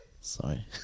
Sorry